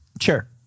Sure